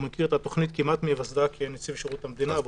הוא מכיר את התכנית כמעט מהיווסדה כנציב שירות המדינה.